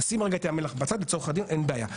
נשים לרגע את ים המלח בצד, אין בעיה.